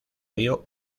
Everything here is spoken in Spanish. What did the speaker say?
río